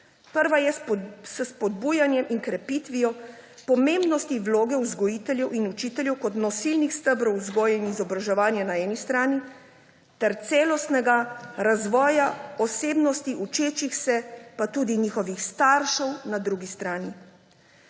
spodbujanjem in krepitvijo pomembnosti vloge vzgojiteljev in učiteljev kot nosilnih stebrov vzgoje in izobraževanja na eni strani ter celostnega razvoja osebnosti učečih se, pa tudi njihovih staršev na drugi strani;